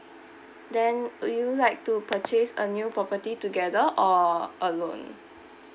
then would you like to purchase a new property together or alone